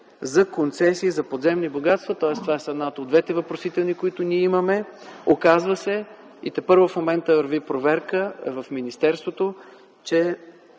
за концесии за подземни богатства, тоест това е едната от двете въпросителни, които ние имаме. Оказва се и в момента върви проверка в министерството, че